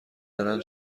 دارن